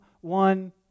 one